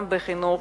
גם בחינוך,